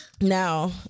Now